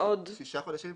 שישה חודשים.